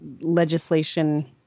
legislation